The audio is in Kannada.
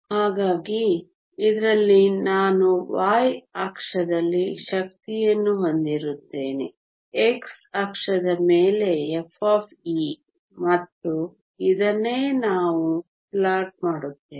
ಹಾಗಾಗಿ ಇದರಲ್ಲಿ ನಾನು y ಅಕ್ಷದಲ್ಲಿ ಶಕ್ತಿಯನ್ನು ಹೊಂದಿರುತ್ತೇನೆ x ಅಕ್ಷದ ಮೇಲೆ f ಮತ್ತು ಇದನ್ನೇ ನಾವು ಪ್ಲಾಟ್ ಮಾಡುತ್ತೇವೆ